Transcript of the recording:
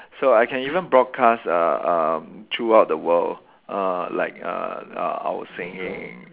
so I can even broadcast uh uh throughout the world uh like uh uh our singing